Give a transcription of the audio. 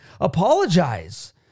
Apologize